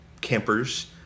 campers